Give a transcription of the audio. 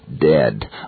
dead